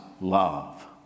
love